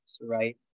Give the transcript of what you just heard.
right